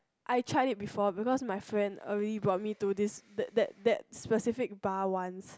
I tried it before because my friend already brought me to this that that that specific bar once